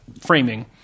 framing